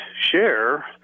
share